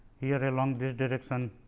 here along this direction